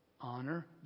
honor